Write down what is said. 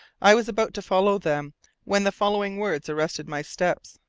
i was about to follow them when the following words arrested my steps.